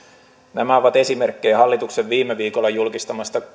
nämä ovat esimerkkejä hallituksen viime viikolla julkistamasta